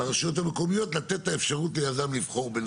הרשויות המקומיות לתת את האפשרות ליזם לבחור.